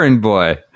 boy